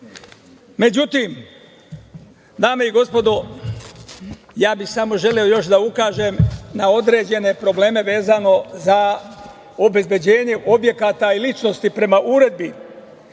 poretka.Međutim, dame i gospodo, ja bih samo želeo još da ukažem na određene probleme vezano za obezbeđenje objekata i ličnosti prema Uredbi